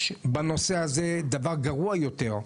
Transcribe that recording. יש בנושא הזה דבר גרוע יותר,